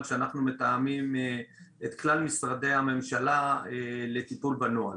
שאנחנו מתאמים את כלל משרדי הממשלה לטיפול בנוהל.